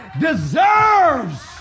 deserves